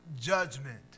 judgment